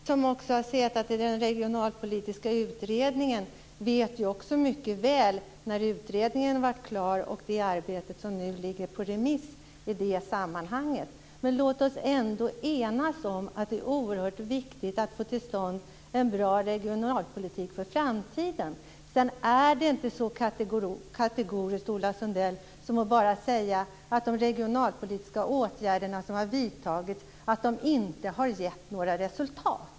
Herr talman! Ola Sundell, som också har suttit i den regionalpolitiska utredningen, vet mycket väl när utredningen blev klar och det arbete som nu ligger på remiss i det sammanhanget. Låt oss ändå enas om att det är oerhört viktigt att få till stånd en bra regionalpolitik för framtiden. Det är inte så kategoriskt, Ola Sundell, som att bara säga att de regionalpolitiska åtgärder som vidtagits inte har gett något resultat.